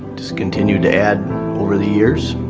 just continued to add over the years.